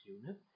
unit